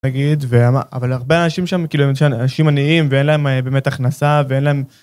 נגיד, ו... אבל הרבה אנשים שם, כאילו שהם... אנשים עניים ואין להם באמת הכנסה ואין להם